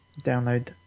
Download